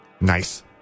Nice